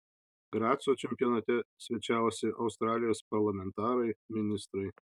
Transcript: graco čempionate svečiavosi australijos parlamentarai ministrai